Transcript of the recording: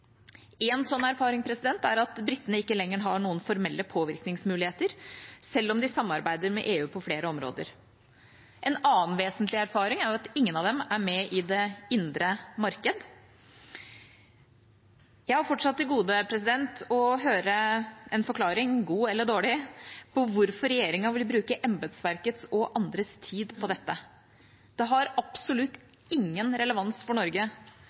er at britene ikke lenger har noen formelle påvirkningsmuligheter, selv om de samarbeider med EU på flere områder. En annen vesentlig erfaring er at ingen av dem er med i det indre marked. Jeg har fortsatt til gode å høre en forklaring, god eller dårlig, på hvorfor regjeringa vil bruke embetsverkets og andres tid på dette. Det har absolutt ingen relevans for Norge